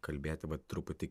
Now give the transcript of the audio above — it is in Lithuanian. kalbėti vat truputį